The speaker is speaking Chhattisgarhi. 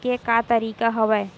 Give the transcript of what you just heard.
के का तरीका हवय?